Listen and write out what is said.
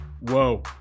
Whoa